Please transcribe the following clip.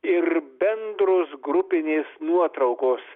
ir bendros grupinės nuotraukos